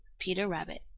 peter rabbit.